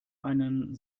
einen